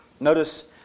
Notice